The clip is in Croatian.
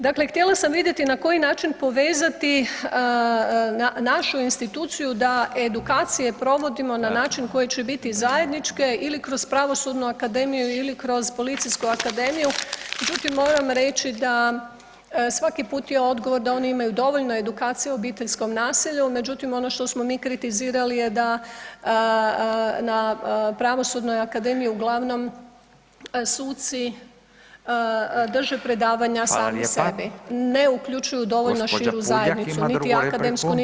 Dakle, htjela sam vidjeti na koji način povezati našu instituciju da edukacije provodimo na način koji će biti zajedničke ili kroz Pravosudnu akademiju ili kroz Policijsku akademiju, međutim moram reći da svaki put je odgovor da oni imaju dovoljno edukaciju o obiteljskom nasilju, međutim ono što smo mi kritizirali je da na Pravosudnoj akademiji uglavnom suci drži predavanja sami sebi, ne uključuju dovoljno širu zajednicu, niti akademsku niti organizacije civilnog društva.